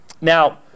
Now